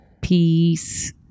Peace